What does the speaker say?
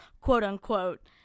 quote-unquote